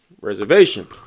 reservation